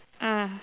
mm